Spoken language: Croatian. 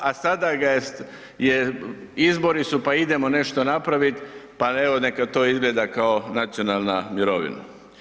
A sada su izbori pa idemo nešto napraviti, pa evo neka to izgleda kao nacionalna mirovina.